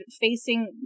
facing